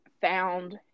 found